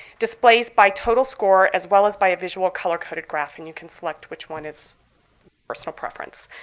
displays by total score as well as by a visual color-coded graph. and you can select which one is personal preference.